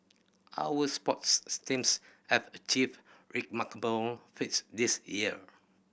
our sports steams have achieved remarkable feats this year